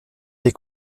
des